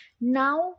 Now